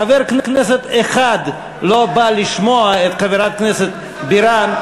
חבר כנסת אחד לא בא לשמוע את חברת הכנסת בירן.